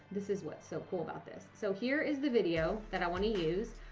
this is what's so cool about this. so, here is the video that i want to use.